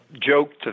joked